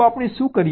તો આપણે શું કરીએ